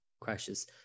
crashes